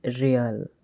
real